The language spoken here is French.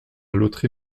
loterie